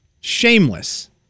Shameless